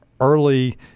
early